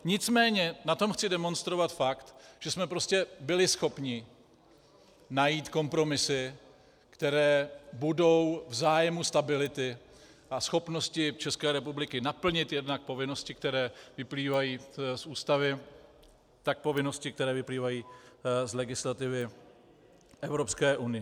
Nicméně na tom chci demonstrovat fakt, že jsme prostě byli schopni najít kompromisy, které budou v zájmu stability a schopnosti České republiky naplnit jednak povinnosti, které vyplývají z Ústavy, tak povinnosti, které vyplývají z legislativy Evropské unie.